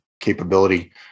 capability